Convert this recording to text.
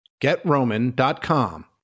GetRoman.com